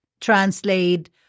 translate